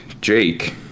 Jake